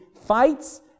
fights